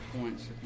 points